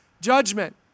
judgment